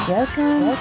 Welcome